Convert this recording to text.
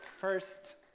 first